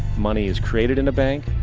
money is created in the bank,